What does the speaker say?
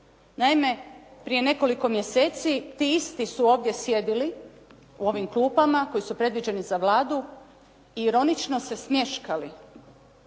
Naime, prije nekoliko mjeseci ti isti su ovdje sjedili u ovim klupama koji su predviđeni za Vladu, ironično se smješkali